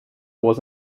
was